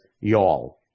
y'all